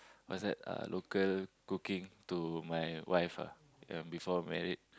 what's that local cooking to my wife ah ya before married